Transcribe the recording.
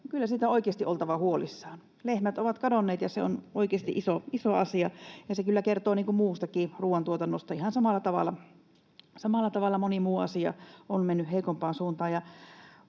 kyllä siitä oikeasti on oltava huolissaan. Lehmät ovat kadonneet, ja se on oikeasti iso asia, ja se kyllä kertoo muustakin ruoantuotannosta. Ihan samalla tavalla moni muu asia on mennyt heikompaan suuntaan,